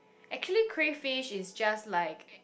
actually crayfish is just like